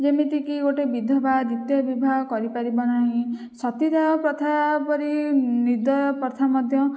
ଯେମିତିକି ଗୋଟିଏ ବିଧବା ଦ୍ଵିତୀୟ ବିବାହ କରିପାରିବନାହିଁ ସତୀଦାହ ପ୍ରଥା ପରି ନିର୍ଦ୍ଦୟ ପ୍ରଥା ମଧ୍ୟ